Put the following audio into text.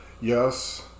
Yes